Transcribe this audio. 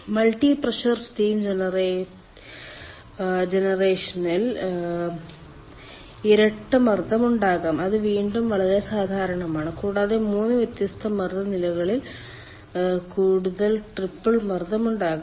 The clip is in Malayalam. മൾട്ടി പ്രഷർ സ്റ്റീം ജനറേഷനിൽ ഇരട്ട മർദ്ദം ഉണ്ടാകാം അത് വീണ്ടും വളരെ സാധാരണമാണ് കൂടാതെ 3 വ്യത്യസ്ത മർദ്ദ നിലകളിൽ കൂടുതൽ ട്രിപ്പിൾ മർദ്ദം ഉണ്ടാകാം